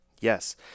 Yes